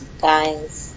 guys